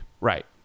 Right